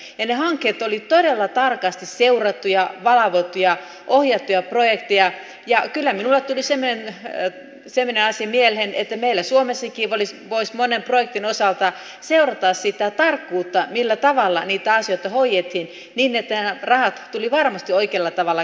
ne hankkeet olivat todella tarkasti seurattuja valvottuja ohjattuja projekteja ja kyllä minulle tuli semmoinen asia mieleen että meillä suomessakin voisi monen projektin osalta seurata sitä tarkkuutta millä tavalla niitä asioita hoidettiin niin että nämä rahat tulivat varmasti oikealla tavalla käytetyksi